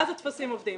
ואז הטפסים עובדים.